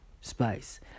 spice